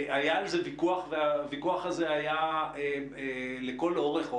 היה על זה ויכוח והוויכוח הזה היה לכל האורך,